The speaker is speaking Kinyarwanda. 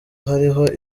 hariho